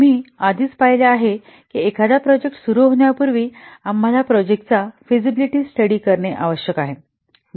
आम्ही आधीच पाहिले आहे की एखादा प्रोजेक्ट सुरू होण्यापूर्वी आम्हाला प्रोजेक्टचा फिजिबिलिटी स्टडी करणे आवश्यक आहे